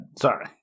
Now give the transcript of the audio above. Sorry